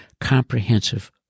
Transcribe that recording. comprehensive